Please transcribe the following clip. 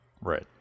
right